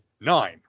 nine